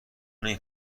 نمی